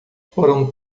foram